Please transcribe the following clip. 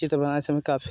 चित्र बनाने समय काफ़ी